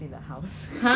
the voucher